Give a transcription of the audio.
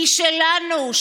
היא שלנו,